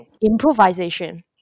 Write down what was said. improvisation